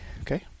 Okay